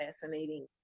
fascinating